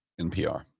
NPR